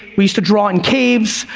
we used to draw in caves.